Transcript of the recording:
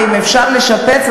ואם אפשר לשפץ,